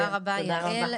תודה רבה יעל.